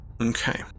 Okay